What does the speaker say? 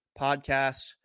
podcasts